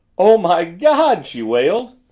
oh, my god! she wailed,